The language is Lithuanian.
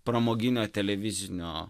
pramoginio televizinio